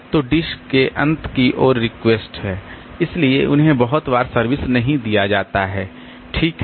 तो डिस्क के अंत की ओर रिक्वेस्ट इसलिए उन्हें बहुत बार सर्विस नहीं दिया जाता है ठीक है